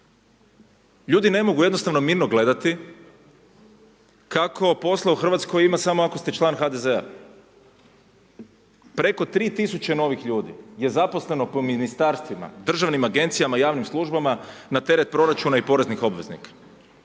Ljudi ne mogu jednostavno mirno gledati kako posla u Hrvatskoj ima samo ako ste član HDZ-a. Preko 3.000 novih ljudi je zaposleno po Ministarstvima, državnim Agencijama, javnim službama na teret proračuna i poreznih obveznika.